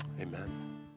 Amen